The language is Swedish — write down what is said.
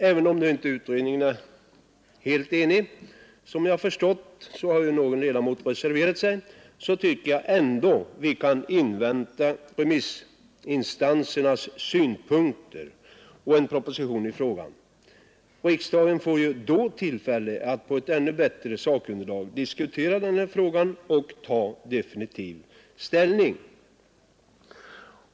Även om inte utredningen är helt enig — enligt vad jag har förstått har någon ledamot reserverat sig — tycker jag ändå att vi gott kan invänta remissinstansernas synpunkter och en proposition i ärendet. Riksdagen får ju då tillfälle att på ett ännu bättre sakunderlag diskutera frågan och ta definitiv ställning.